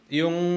yung